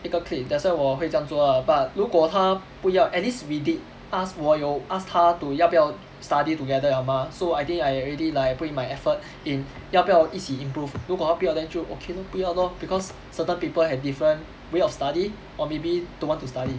一个 clique that's why 我会这样做 lah but 如果他不要 at least we did ask 我有 ask 他 to 要不要 study together liao mah so I think I already like put in my effort in 要不要一起 improve 如果他不要 then 就 okay lor 不要 lor because certain people have different way of study or maybe don't want to study